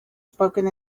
spoken